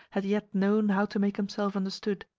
had yet known how to make himself understood.